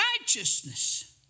righteousness